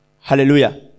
Hallelujah